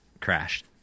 crashed